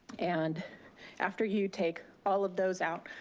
and after you take all of those out,